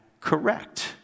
Correct